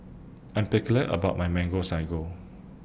I'm particular about My Mango Sago